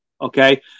Okay